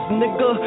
nigga